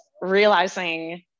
realizing